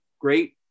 great